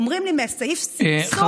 אומרים לי: מסעיף סבסוד משכנתאות לאתיופים.